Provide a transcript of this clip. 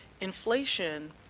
inflation